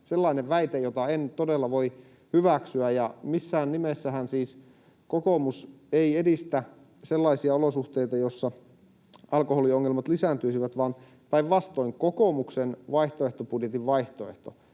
sellainen väite, jota en todella voi hyväksyä. Missään nimessähän siis kokoomus ei edistä sellaisia olosuhteita, joissa alkoholiongelmat lisääntyisivät, vaan päinvastoin: kokoomuksen vaihtoehtobudjetin vaihtoehto